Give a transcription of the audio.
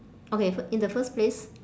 okay fi~ in the first place